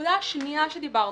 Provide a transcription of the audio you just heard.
הנקודה השנייה דיברנו,